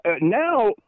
Now